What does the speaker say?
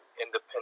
independent